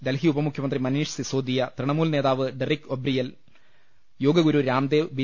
ഡൽഹി ഉപ മുഖ്യമന്ത്രി മനീഷ് സിസോഡിയ തൃണ മൂൽ നേതാവ് ഡറിക് ഒബ്രിയൻ യോഗഗുരു രാംദേവ് ബി